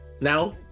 Now